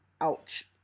Ouch